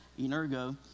energo